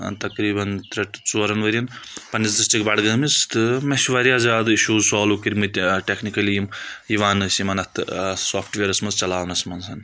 تقریٖبن ترٛےٚ ٹُو ژورَن ؤرۍین پنٕنِس ڈسٹرک بڈگٲمِس تہٕ مےٚ چھُ واریاہ زیادٕ اِشوٗز سالوٗ کٔرۍ مٕتۍ آ ٹؠکنِکلی یِم یِوان ٲسۍ یِمن اَتھ سافٹویرس منٛز چلاونس منٛز